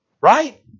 Right